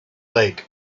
lake